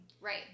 Right